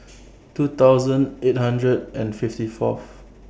two thousand eight hundred and fifty Fourth